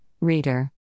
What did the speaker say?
Reader